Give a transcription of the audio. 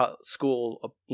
school